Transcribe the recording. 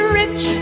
rich